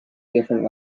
different